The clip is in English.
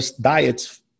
diets